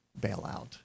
bailout